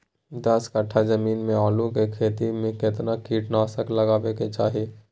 दस कट्ठा जमीन में आलू के खेती म केतना कीट नासक लगबै के चाही?